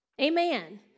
Amen